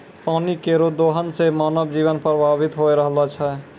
पानी केरो दोहन सें मानव जीवन प्रभावित होय रहलो छै